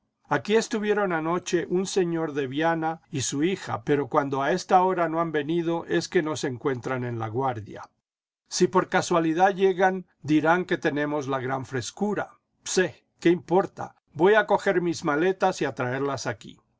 aquí estuvieron anoche un señor de viana y su hija pero cuando a esta hora no han venido es que no se encuentran en laguardia si por casualidad llegan dirán que tenemos la gran frescura jpse iqué importa voy a coger mis maletas y a traerlas aquí